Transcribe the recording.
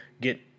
get